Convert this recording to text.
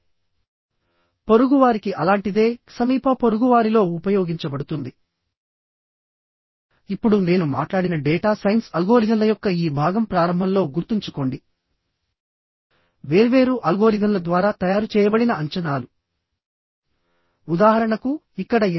మరికొన్ని ఖాన్ఫిగరేషన్స్ ఇలా ఉంటాయి రెండు చానల్స్ బ్యాక్ టు బ్యాక్ పెట్టుకోవడం సాధారణంగా దీన్ని కాలం సెక్షన్ కి వాడుతారు